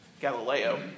Galileo